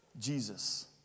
Jesus